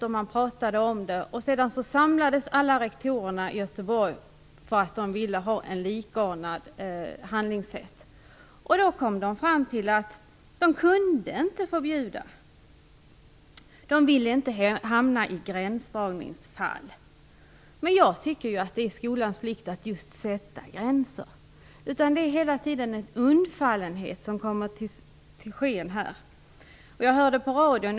Alla rektorer i Göteborg samlades för att försöka få ett likartat handlingssätt. De kom fram till att de inte kunde införa förbud eftersom de inte ville hamna i gränsdragningsfall. Jag tycker att det är skolans plikt att sätta gränser. Det är hela tiden en undfallenhet som kommer i dagen.